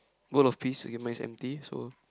world of peace okay mine is empty so